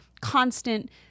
constant